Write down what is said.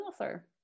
author